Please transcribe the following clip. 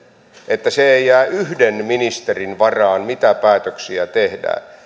että se ei jää yhden ministerin varaan mitä päätöksiä tehdään